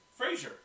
Frasier